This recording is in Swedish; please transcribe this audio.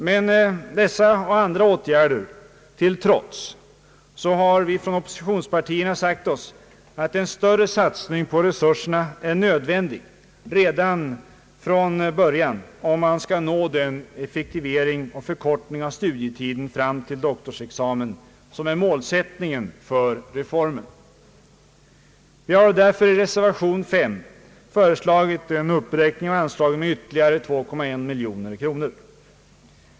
Men dessa och andra åtgärder till trots har vi inom oppositionspartierna sagt oss att en större satsning på resurserna är nödvändig redan från början, om man skall nå den effektivering och förkortning av studietiden fram till doktorsexamen som är målsättningen för reformen. Vi har därför i reservation 5 föreslagit en uppräkning av anslaget med ytterligare 2,1 miljoner kronor.